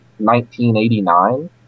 1989